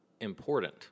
important